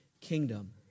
kingdom